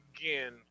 again